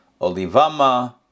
Olivama